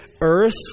earth